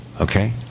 okay